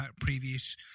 previous